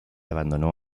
abandonó